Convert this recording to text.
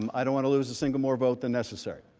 um i don't want to lose a single more votes than necessary.